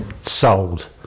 sold